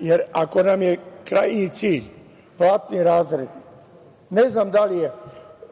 Jer, ako nam je krajnji cilj platni razredi, ne znam da li je